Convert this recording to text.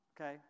Okay